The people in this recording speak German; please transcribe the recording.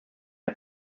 der